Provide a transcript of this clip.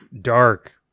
dark